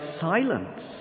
silence